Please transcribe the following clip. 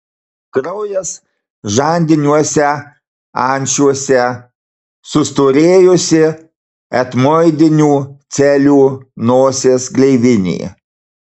kraujas žandiniuose ančiuose sustorėjusi etmoidinių celių nosies gleivinė